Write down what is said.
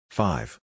Five